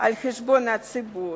על חשבון הציבור,